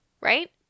right